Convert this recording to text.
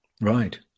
Right